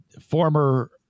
former